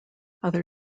other